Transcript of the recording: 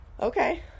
Okay